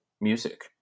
music